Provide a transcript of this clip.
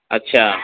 اچھا